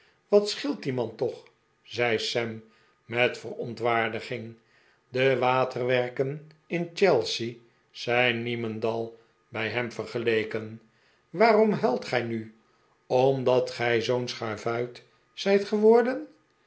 wat scheelt dien man toch zei sam met verontwaardiging de waterwerken in chelsea zijn niemendal bij hem vergeleken waarom huilt gij nu omdat gij zoo'n schavuit zijt ge